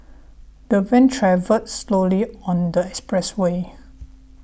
the van travelled slowly on the expressway